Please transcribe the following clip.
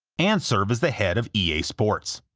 and serve as the head of ea sports.